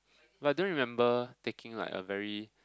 but I don't remember taking like a very